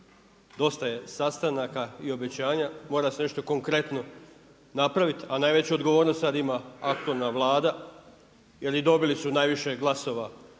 Dosta je sastanaka i obećanja, mora se nešto konkretno napraviti a najveću odgovornost sada ima aktualna Vlada jer i dobili su najviše glasova